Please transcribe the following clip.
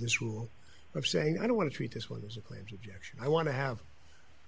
this rule of saying i don't want to treat this one's claims i want to have